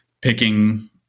picking